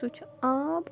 سُہ چھُ آب